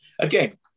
Again